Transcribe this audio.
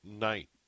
night